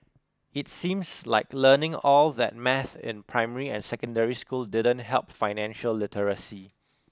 it seems like learning all that maths in primary and secondary school didn't help financial literacy